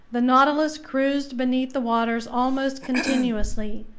the nautilus cruised beneath the waters almost continuously.